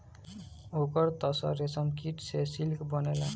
ओकर तसर रेशमकीट से सिल्क बनेला